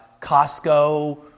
Costco